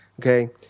Okay